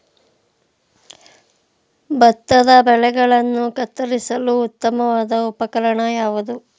ಭತ್ತದ ಬೆಳೆಗಳನ್ನು ಕತ್ತರಿಸಲು ಉತ್ತಮವಾದ ಉಪಕರಣ ಯಾವುದು?